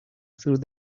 through